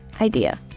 idea